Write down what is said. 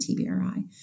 TBRI